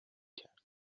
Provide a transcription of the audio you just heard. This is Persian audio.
کرد